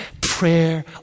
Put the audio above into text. Prayer